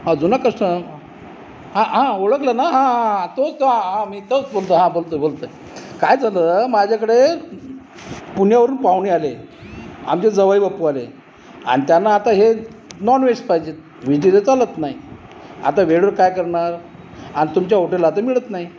अहो जुना कस्ट्म हां आं ओळखला ना आं आं आ तोच तो आं मी तोच बोलतो हा बोलतो बोलतोय काय झालं माझ्याकडे पुण्यावरून पाहुणे आले आमचे जावई बापू आले आणि त्यांना आता हे नॉनव्हेज पाहिजे व्हेजिटेरि चालत नाही आता वेळेवर काय करणार आणि तुमच्या होटेलला ते मिळत नाही